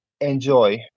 enjoy